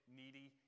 needy